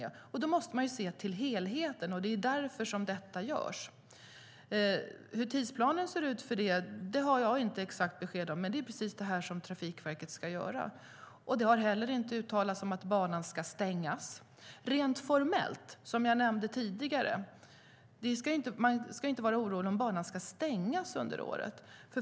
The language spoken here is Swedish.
Då måste man se till helheten, och det är därför detta görs. Hur tidsplanen för det ser ut har jag inte exakt besked om, om det är precis det som Trafikverket ska göra. Det har heller inte uttalats att banan ska stängas. Rent formellt ska man inte, som jag nämnde tidigare, vara orolig för att banan ska stängas under året.